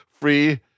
free